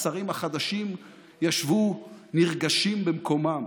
השרים החדשים ישבו נרגשים במקומם.